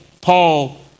Paul